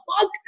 fuck